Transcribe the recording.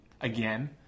Again